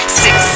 six